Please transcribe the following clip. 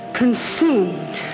consumed